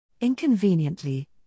Inconveniently